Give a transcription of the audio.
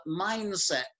mindset